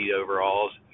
overalls